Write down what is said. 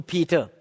Peter